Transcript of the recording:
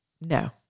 no